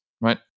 right